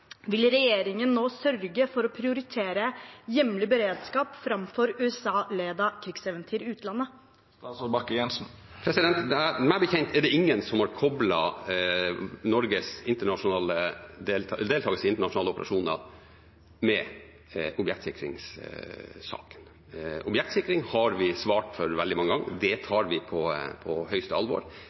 Vil regjeringen nå sørge for å prioritere hjemlig beredskap framfor USA-ledede krigseventyr i utlandet? Meg bekjent er det ingen som har koblet Norges deltakelse i internasjonale operasjoner med objektsikringssaken. Objektsikring har vi svart for veldig mange ganger. Det tar vi på høyeste alvor.